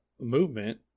movement